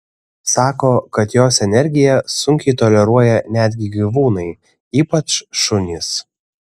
sako kad jos energiją sunkiai toleruoja netgi gyvūnai ypač šunys